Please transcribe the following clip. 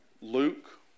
Luke